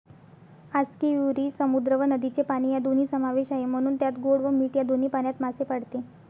आस्कियुरी समुद्र व नदीचे पाणी या दोन्ही समावेश आहे, म्हणून त्यात गोड व मीठ या दोन्ही पाण्यात मासे पाळते